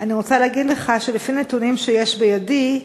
אני רוצה להגיד לך שלפי נתונים שיש בידי,